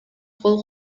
кол